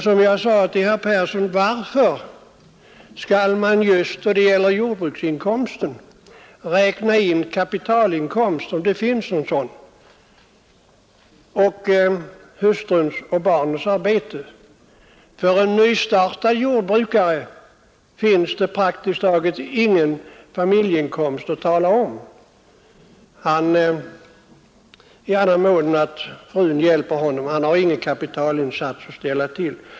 Som jag sade till herr Persson i Skänninge: Varför skall man just när det gäller jordbrukets inkomster räkna in kapitalinkomsten, om det finns någon sådan, och även hustruns och barnens arbete? För en nystartad jordbrukare finns det praktiskt taget ingen familjeinkomst i annan mån än att hustrun hjälper honom. Han har ingen kapitalinsats att skjuta till.